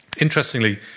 Interestingly